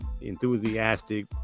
enthusiastic